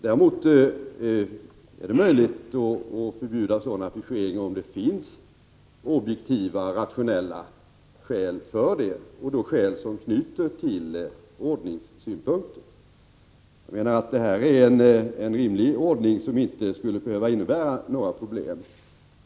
Däremot är det möjligt att förbjuda sådan affischering om det finns objektiva, rationella skäl för det, skäl som anknyter till ordningssynpunkter. Jag menar att det här är en rimlig ordning, som inte skulle behöva innebära några problem.